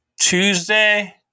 Tuesday